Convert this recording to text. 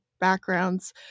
backgrounds